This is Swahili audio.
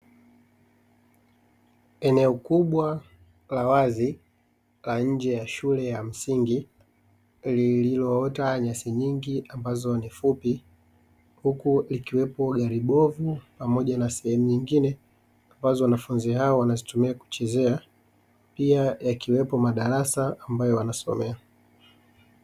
Eneo kubwa la wazi la nje ya shule ya msingi lililoota nyasi nyingi ambazo ni fupi, huku ikiwepo gari bovu pamoja na sehemu nyingine ambazo wanafunzi hao wanazitumia kuchezea, pia yakiwepo madarasa ambayo wanasomea.